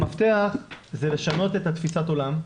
המפתח זה לשנות את תפיסת העולם,